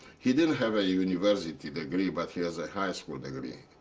he didn't have a university degree, but he has a high school degree.